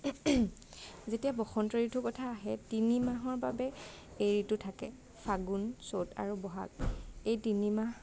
যেতিয়া বসন্ত ঋতুৰ কথা আহে তিনি মাহৰ বাবে এই ঋতু থাকে ফাগুন চ'ত আৰু বহাগ এই তিনিমাহ